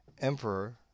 Emperor